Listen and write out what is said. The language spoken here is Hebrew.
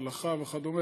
הלכה וכו',